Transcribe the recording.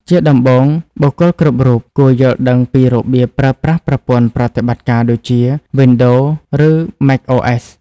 ជាដំបូង បុគ្គលគ្រប់រូបគួរយល់ដឹងពីរបៀបប្រើប្រាស់ប្រព័ន្ធប្រតិបត្តិការដូចជា Windows ឬ macOS។